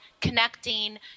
connecting